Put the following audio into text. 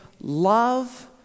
love